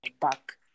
back